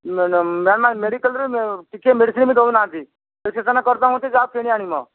ନା ନା ମେଡ଼ିକାଲ୍ରେ ମ୍ୟାମ୍ ଟିକେ ମେଡ଼ିସିନ୍ ବି ଦେଉନାହାଁନ୍ତି ପ୍ରେସ୍କ୍ରିପସନ୍ କରି ଦେଉଛନ୍ତି ଯାଅ କିଣି ଆଣିବ